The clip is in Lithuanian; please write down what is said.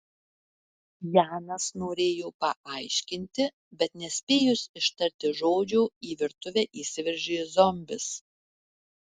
janas norėjo paaiškinti bet nespėjus ištarti žodžio į virtuvę įsiveržė zombis